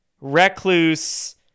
recluse